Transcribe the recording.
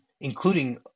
including